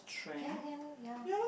can can ya